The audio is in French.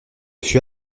fut